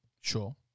Sure